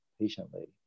patiently